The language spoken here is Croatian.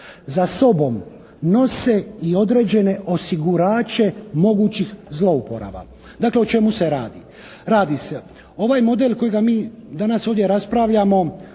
za sobom nose i određene osigurače mogućih zlouporaba. Dakle, o čemu se radi. Radi se, ovaj model kojega mi danas ovdje raspravljamo